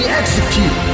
execute